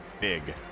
big